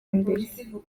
imbere